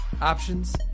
options